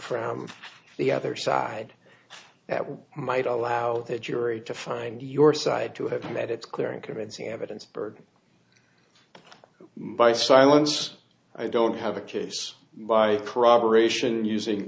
from the other side that might allow the jury to find your side to have made it clear and convincing evidence berg by silence i don't have a case by corroboration using